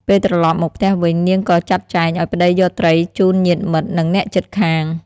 ពេលត្រឡប់មកផ្ទះវិញ នាងក៏ចាត់ចែងឱ្យប្តីយកត្រីជូនញាតិមិត្ត និងអ្នកជិតខាង។